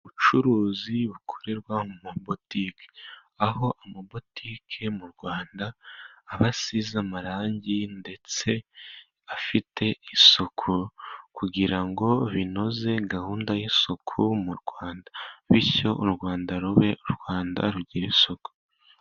Ubucuruzi bukorerwa muri butiki, aho amabutiki mu Rwanda abasize amarangi ndetse afite isuku, kugira ngo binoze gahunda y'isuku mu Rwanda, bityo u Rwanda rube u Rwanda rugira isuku.